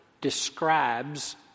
describes